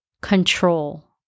control